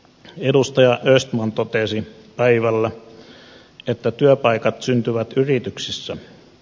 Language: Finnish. edustaja östman totesi päivällä että työpaikat syntyvät yrityksissä